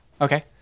Okay